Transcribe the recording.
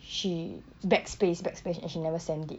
she back space back space and she never send it